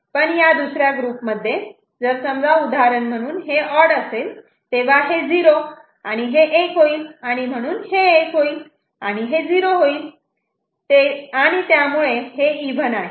पण या दुसर्या ग्रुपमध्ये उदाहरण म्हणून हे ऑड आहे तेव्हा हे 0 आणि हे 1 आहे आणि म्हणून हे 1 होईल आणि हे 0 होईल आणि त्यामुळे हे इव्हन आहे